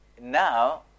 now